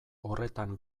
horretan